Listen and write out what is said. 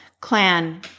clan